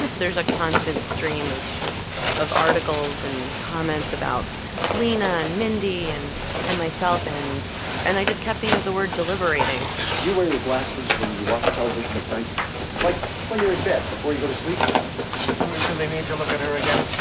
there's a constant stream of of articles and comments about lena and mindy and and myselfand and i just kept thing of the word deliberating you wear your glasses when you watch television at night, like when you're in bed before you go to sleep. and we really need to look at her again.